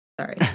sorry